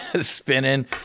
spinning